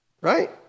right